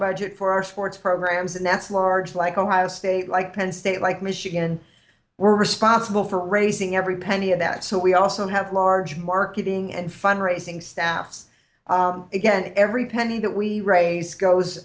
budget for our sports programs and that's large like ohio state like penn state like michigan we're responsible for raising every penny of that so we also have large marketing and fundraising staffs again every penny that we raise goes